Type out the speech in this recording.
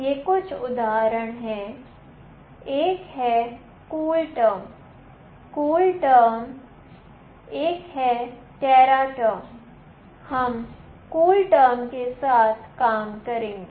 ये कुछ उदाहरण हैं एक है कूल टर्म एक है टेरा टर्म है हम कूल टर्म के साथ काम करेंगे